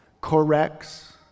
corrects